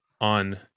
on